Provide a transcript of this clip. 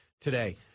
today